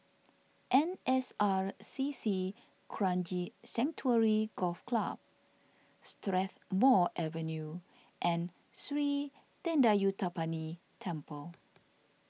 N S R C C Kranji Sanctuary Golf Club Strathmore Avenue and Sri thendayuthapani Temple